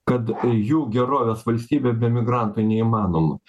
kad jų gerovės valstybė be migrantų neįmanoma